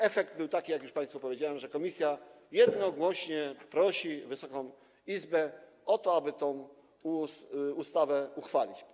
Efekt był taki, jak już państwu powiedziałem, że komisja jednogłośnie prosi Wysoką Izbę o to, aby tę ustawę uchwalić.